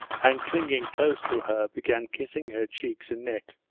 and clinging close to her began kissing her cheeks and neck.